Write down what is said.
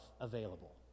available